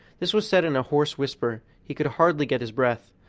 this was said in a hoarse whisper he could hardly get his breath,